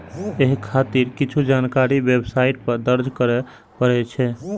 एहि खातिर किछु जानकारी वेबसाइट पर दर्ज करय पड़ै छै